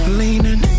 leaning